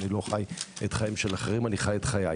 אני לא חי את החיים של אחרים אני חי את חיי.